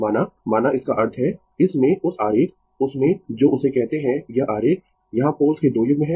माना माना इसका अर्थ है इसमें उस आरेख उसमें जो उसे कहते है यह आरेख यहां पोल्स के 2 युग्म है